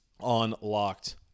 Unlocked